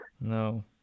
No